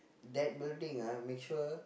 that building ah make sure